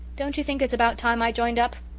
don't you think it's about time i joined up?